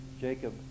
Jacob